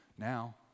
now